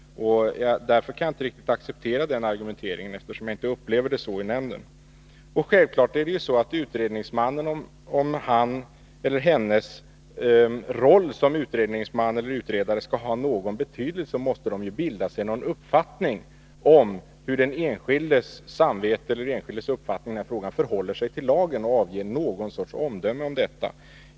Jag kan inte riktigt acceptera Kerstin Ekmans argumentering, eftersom jag inte upplever det så i nämnden. Om utredningsmannen skall ha någon betydelse, måste han bilda sig en uppfattning om hur den enskildes uppfattning och samvete i denna fråga förhåller sig till lagen och ge någon sorts omdöme om detta.